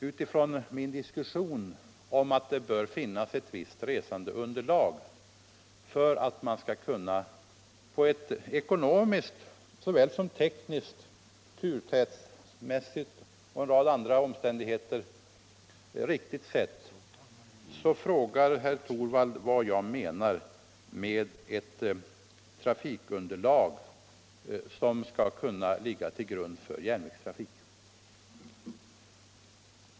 Utifrån mitt resonemang om att det bör finnas ett visst resandeunderlag för att man skall kunna driva trafiken på ett ekonomiskt såväl som tekniskt, turtäthetsmässigt osv. riktigt sätt frågar herr Torwald hur stort jag menar att det resandeunderlag bör vara som skall ligga till grund för järnvägstrafik.